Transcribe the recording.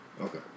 Okay